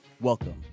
Welcome